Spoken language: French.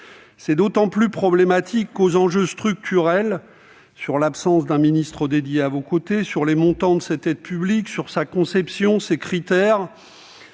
C'est d'autant plus problématique qu'aux enjeux structurels sur l'absence d'un ministre dédié, sur les montants de cette aide publique, sur sa conception, sur ses critères